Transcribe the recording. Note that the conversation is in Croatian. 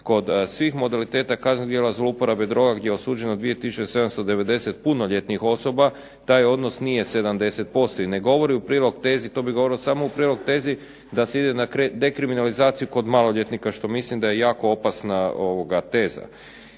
kod svih modaliteta kaznenog djela zlouporabe droga gdje je osuđeno 2790 punoljetnih osoba taj odnos nije 70% i ne govori u prilog tezi, to bi govorilo samo u prilog tezi da se ide na dekriminalizaciju kod maloljetnika što je mislim da je jako opasna teza.